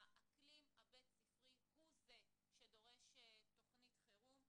האקלים הבית-ספרי הוא זה שדורש תוכנית חירום,